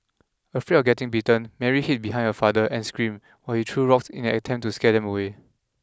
afraid of getting bitten Mary hid behind her father and screamed while he threw rocks in an attempt to scare them away